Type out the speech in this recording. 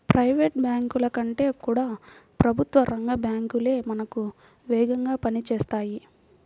private బ్యాంకుల కంటే కూడా ప్రభుత్వ రంగ బ్యాంకు లే మనకు వేగంగా పని చేస్తాయి